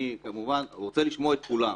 אני כמובן רוצה לשמוע את כולם,